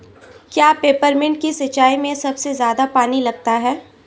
क्या पेपरमिंट की सिंचाई में सबसे ज्यादा पानी लगता है?